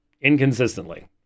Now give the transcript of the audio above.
inconsistently